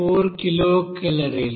4 kilo కేలరీలు